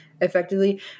effectively